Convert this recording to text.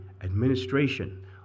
administration